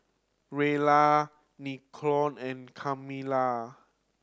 Jaylah Lincoln and Camilla